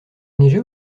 neiger